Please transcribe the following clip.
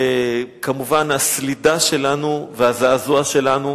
כמובן, הסלידה שלנו והזעזוע שלנו